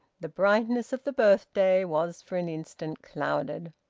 the brightness of the birthday was for an instant clouded.